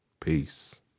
peace